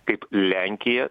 kaip lenkija